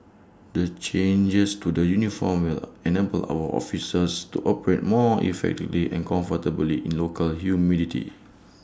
the changes to the uniforms will enable our officers to operate more effectively and comfortably in local humidity